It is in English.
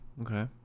okay